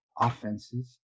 offenses